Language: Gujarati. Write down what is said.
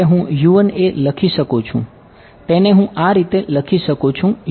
તેને હું આ રીતે લખી શકું છુ